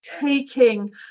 taking